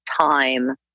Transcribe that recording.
time